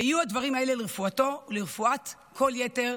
ויהיו הדברים האלה לרפואתו ולרפואת כל יתר